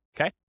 Okay